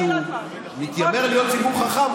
שהוא מתיימר להיות ציבור חכם,